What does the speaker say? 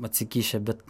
atsikišę bet